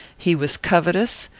he was covetous,